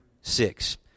six